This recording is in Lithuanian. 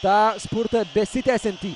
tą spurtą besitęsiantį